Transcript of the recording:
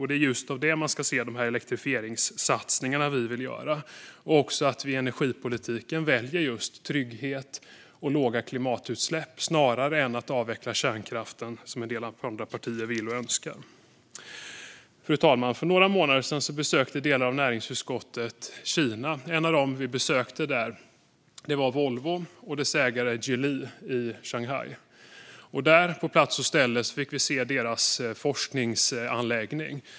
Det är i ljuset av det man ska se elektrifieringssatsningarna vi vill göra. Vi bör i energipolitiken välja trygghet och låga klimatutsläpp snarare än att avveckla kärnkraften, som en del andra partier vill och önskar. För några månader sedan besökte delar av näringsutskottet Kina. Ett av företagen vi besökte var Volvos ägare Geely i Shanghai. På plats och ställe fick vi se deras forskningsanläggning.